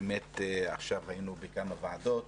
באמת עכשיו היינו בכמה ועדות